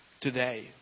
today